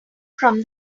from